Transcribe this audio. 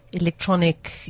electronic